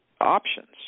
options